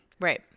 Right